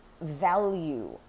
value